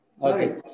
Sorry